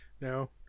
No